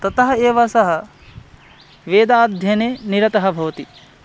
ततः एव सः वेदाध्ययने निरतः भवति